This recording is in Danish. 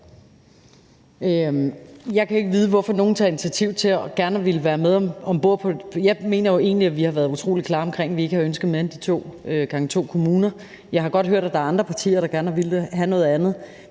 Jeg kan ikke vide, hvorfor nogle tager initiativ til det og gerne vil være med om bord. Jeg mener egentlig, at vi har været utrolig klare omkring, at vi ikke har ønsket mere end de to gange to kommuner. Jeg har godt hørt, at der er andre partier, der gerne har villet have noget andet,